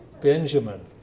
Benjamin